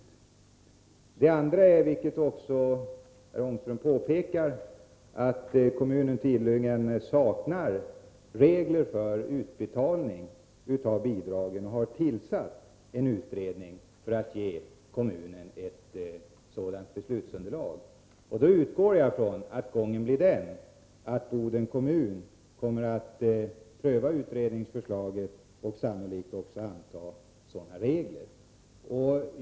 För det andra saknar tydligen kommunen, vilket herr Ångström också påpekar, regler för utbetalning av bidragen och har tillsatt en utredning för att ge kommunen ett sådant beslutsunderlag. Då utgår jag ifrån att Bodens kommun kommer att pröva utredningsförslaget och sannolikt också anta sådana regler.